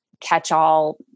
catch-all